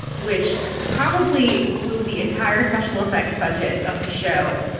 which probably blew the entire special effects budget of the show.